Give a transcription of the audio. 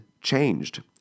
changed